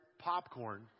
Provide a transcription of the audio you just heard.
popcorn